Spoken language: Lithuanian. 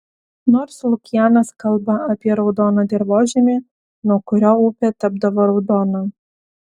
nors lukianas kalba apie raudoną dirvožemį nuo kurio upė tapdavo raudona